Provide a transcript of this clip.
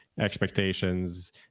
expectations